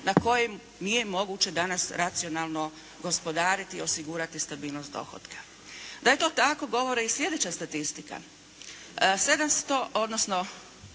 na kojem nije moguće danas racionalno gospodariti, osigurati stabilnost dohotka. Da je to tako govori i sljedeća statistika. 700, odnosno